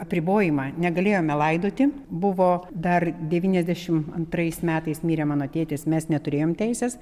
apribojimą negalėjome laidoti buvo dar devyniasdešim antrais metais mirė mano tėtis mes neturėjom teisės